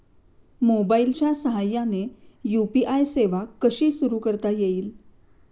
मोबाईलच्या साहाय्याने यू.पी.आय सेवा कशी सुरू करता येईल?